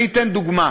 אני אתן דוגמה: